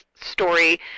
story